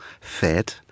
fed